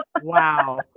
Wow